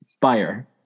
buyer